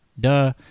Duh